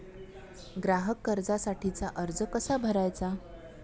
ग्राहक कर्जासाठीचा अर्ज कसा भरायचा?